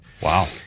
Wow